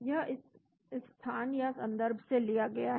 यह इस स्थान या संदर्भ से लिया गया है